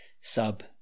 sub